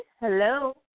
hello